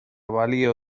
balio